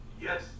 Yes